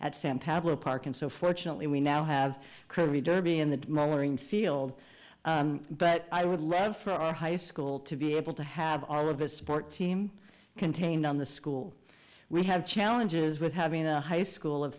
at sam paddler park and so fortunately we now have crew derby in the morning field but i would love for our high school to be able to have all of a sports team contained on the school we have challenges with having a high school of